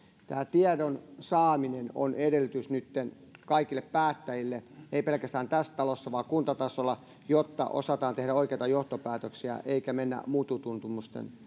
tiedon saaminen on edellytys nytten kaikille päättäjille ei pelkästään tässä talossa vaan myös kuntatasolla jotta osataan tehdä oikeita johtopäätöksiä eikä mennä mututuntemusten